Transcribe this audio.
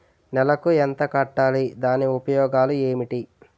నెలకు ఎంత కట్టాలి? దాని ఉపయోగాలు ఏమిటి?